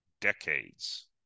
decades